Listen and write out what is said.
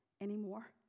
anymore